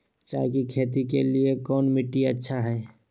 चाय की खेती के लिए कौन मिट्टी अच्छा हाय?